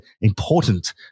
important